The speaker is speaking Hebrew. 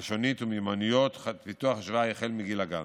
לשונית ומיומנויות פיתוח חשיבה החל מגיל הגן.